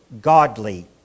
godly